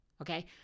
Okay